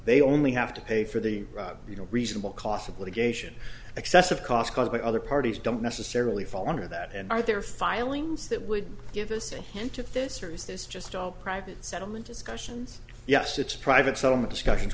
they only have to pay for the you know reasonable costs of litigation excessive costs caused by other parties don't necessarily fall under that and are there filings that would give us a hint at this or is this just all private settlement discussions yes it's private settlement discussions